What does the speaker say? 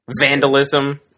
vandalism